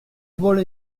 vol